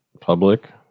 public